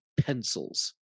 pencils